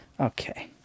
Okay